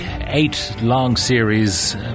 eight-long-series